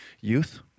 youth